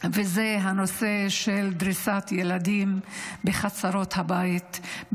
זה הנושא של דריסת ילדים בחצרות הבית,